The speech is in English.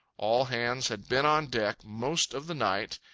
all hands had been on deck most of the night.